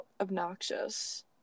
obnoxious